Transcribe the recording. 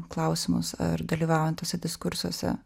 klausimus ar dalyvaujant tuose diskursuose